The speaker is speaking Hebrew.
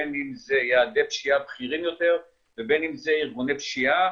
בין אם זה יעדי פשיעה בכירים יותר ובין אם זה ארגוני פשיעה,